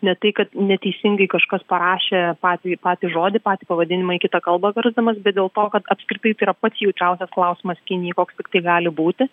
ne tai kad neteisingai kažkas parašė patį patį žodį patį pavadinimą į kitą kalbą versdamas bet dėl to kad apskritai tai yra pats jautriausias klausimas kinijai koks tiktai gali būti